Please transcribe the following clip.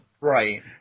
Right